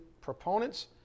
proponents